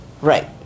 Right